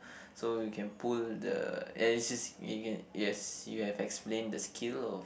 so he can pull the yes you have explain the skill of